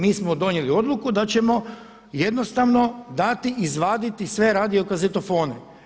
Mi smo donijeli odluku da ćemo jednostavno dati izvaditi sve radio kazetofone.